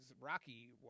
Rocky